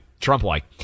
Trump-like